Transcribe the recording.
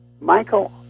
Michael